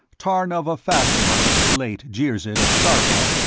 tarnov of fastor, late jirzid of starpha,